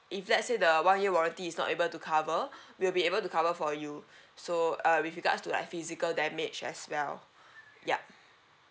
if let say the one year warranty is not able to cover we'll be able to cover for you so uh with regards to like physical damage as well yup